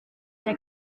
der